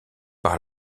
par